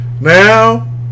now